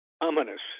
ominous